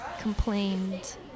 complained